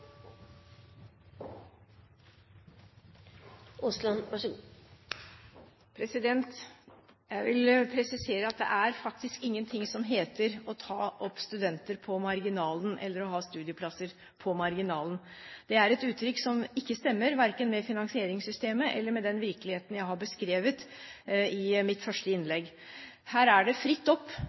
faktisk ingenting som heter å ta opp studenter «på marginalen», eller å ha studieplasser «på marginalen». Det er et uttrykk som ikke stemmer, verken med finansieringssystemet eller med den virkeligheten jeg har beskrevet i mitt første innlegg. Her er det fritt opp